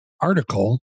article